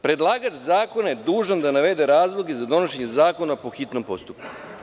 Predlagač zakona je dužan da navede razloge za donošenje zakona po hitnom postupku.